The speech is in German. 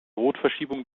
rotverschiebung